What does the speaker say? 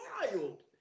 wild